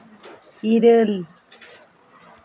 ᱤᱨᱟᱹᱞ